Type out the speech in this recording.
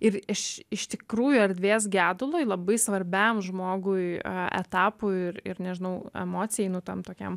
ir iš iš tikrųjų erdvės gedului labai svarbiam žmogui etapų ir ir nežinau emocijai nu tam tokiam